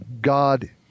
God